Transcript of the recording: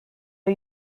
are